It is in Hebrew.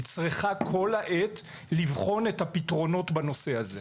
היא צריכה כל העת לבחון את הפתרונות בנושא הזה.